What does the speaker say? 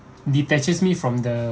detaches me from the